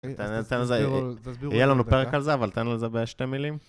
תן לזה, יהיה לנו פרק על זה, אבל תן לזה בשתי מילים.